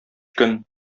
көн